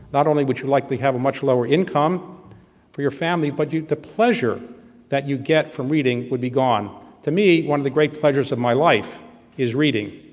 not only would you likely have a much lower income for your family, but the pleasure that you get from reading would be gone. to me, one of the great pleasures of my life is reading,